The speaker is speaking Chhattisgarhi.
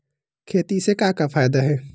खेती से का का फ़ायदा हे?